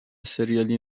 ســریالی